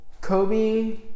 Kobe